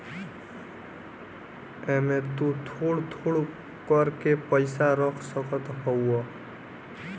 एमे तु थोड़ थोड़ कर के पैसा रख सकत हवअ